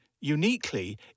uniquely